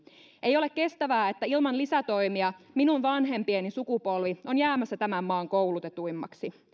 ei ole kestävää että ilman lisätoimia minun vanhempieni sukupolvi on jäämässä tämän maan koulutetuimmaksi